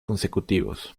consecutivos